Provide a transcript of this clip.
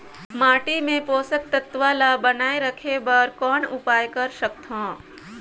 माटी मे पोषक तत्व ल बनाय राखे बर कौन उपाय कर सकथव?